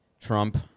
Trump